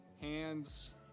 Hands